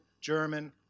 German